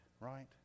right